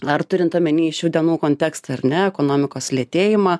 ar turint omeny šių dienų kontekstą ar ne ekonomikos lėtėjimą